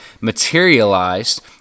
materialized